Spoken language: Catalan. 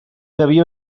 devia